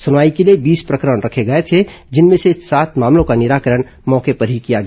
सुनवाई के लिए बीस प्रकरण रखे गए थे जिनमें से सात मामलों का निराकरण मौके पर ही किया गया